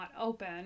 open